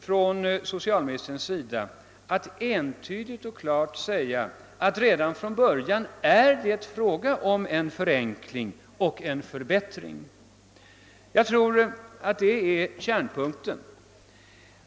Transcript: Kan socialministern i dag entydigt och klart säga att det redan från början blir en förenkling och en förbättring? Jag tror att det är kärnpunkten.